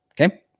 Okay